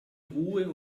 ruhe